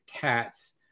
cats